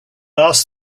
asked